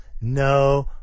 no